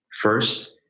first